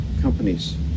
companies